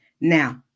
Now